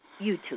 YouTube